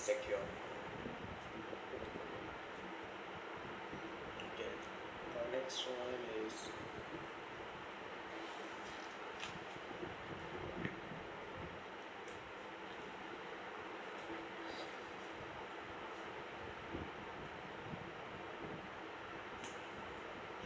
secure the next one is